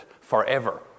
forever